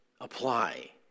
apply